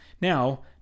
Now